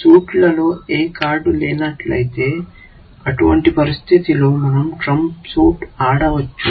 సూట్లో ఏ కార్డు లేనట్లయితే అటువంటి పరిస్థితిలో మనం ట్రంప్ సూట్ ఆడవచ్చు